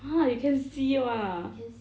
!huh! you can see [one] ah